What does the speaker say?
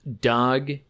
Doug